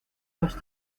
los